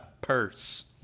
purse